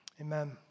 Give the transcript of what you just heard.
Amen